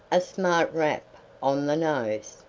a smart rap on the nose.